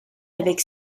avec